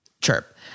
Chirp